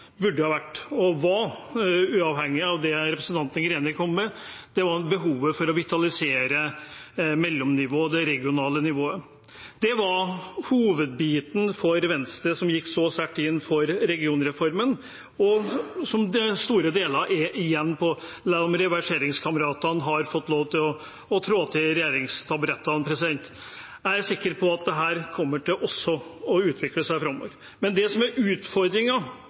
burde ha vært – og var, uavhengig av det representanten Greni kom med – om behovet for å vitalisere mellomnivået, det regionale nivået. Det var hovedbiten for Venstre, som gikk så sterkt inn for regionreformen, som det er store deler igjen av, selv om reverseringskameratene har fått lov til å trå til fra regjeringstaburettene. Jeg er sikker på at dette også kommer til å utvikle seg framover. Men det som er